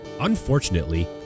Unfortunately